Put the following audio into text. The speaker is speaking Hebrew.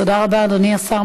תודה רבה, אדוני השר.